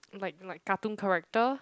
like like cartoon character